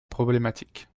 problématique